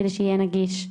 כדי שיהיה נגיש.